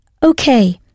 Okay